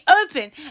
open